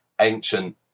ancient